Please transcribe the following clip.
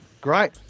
Great